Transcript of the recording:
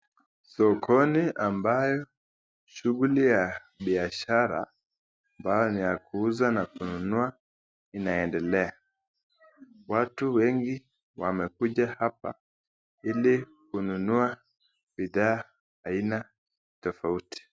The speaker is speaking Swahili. Sokoni ambayo shughuli ya biashara ambayo ni ya kuuza na kununua inaendelea, watu wengi wamekuja hapa ili kununua bidhaa aina tofauti.